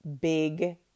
big